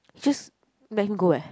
just let him go eh